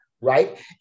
right